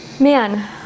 man